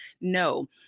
No